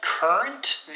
Current